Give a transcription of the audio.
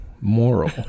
moral